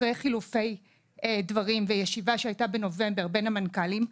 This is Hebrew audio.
אחרי חילופי דברים וישיבה שהייתה בנובמבר בין המנכ"לים,